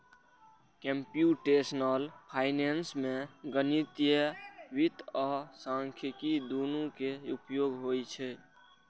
computational finance मे गणितीय वित्त आ सांख्यिकी, दुनू के उपयोग होइ छै